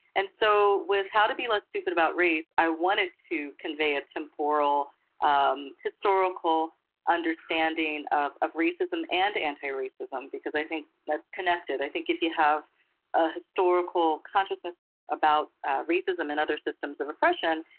and so with how to be less stupid about race, i wanted to convey a temporal um historical understanding of of racism and anti-racism, because i think that's connected. i think if you have a historical consciousness about racism and other systems of oppression,